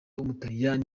w’umutaliyani